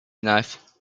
knife